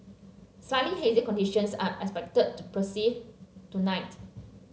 slightly hazy conditions are expected to persist tonight